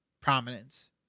prominence